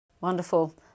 Wonderful